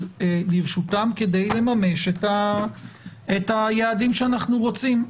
לרשותם כדי לממש את היעדים שאנחנו רוצים.